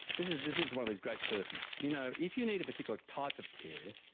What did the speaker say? this is this is one of these great furphies. you know if you need a particular type of care,